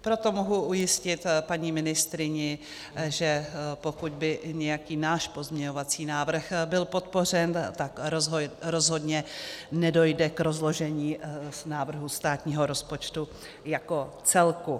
Proto mohu ujistit paní ministryni, že pokud by nějaký náš pozměňovací návrh byl podpořen, tak rozhodně nedojde k rozložení návrhu státního rozpočtu jako celku.